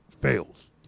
fails